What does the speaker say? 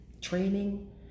training